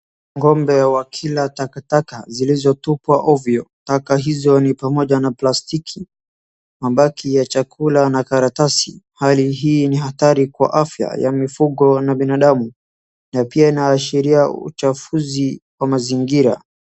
Ngo'mbe wakila takataka zilizotupwa ovyo. Taka hizo ni pamoja na plastiki, mabaki ya chakula na karatasi. Hali hii ni hatari kwa afya ya mifugo na binadamu. Na pia inaashiria uchafuzi wa mazigira.